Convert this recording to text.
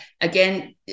again